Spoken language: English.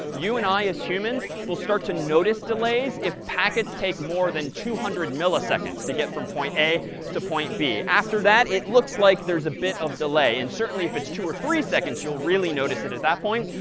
you and i as humans will start to notice delays if packets take more than two hundred milliseconds to get from point a to point b. after that, it looks like there's a bit of delay, and certainly if it's two or three seconds, you'll really notice that at that point,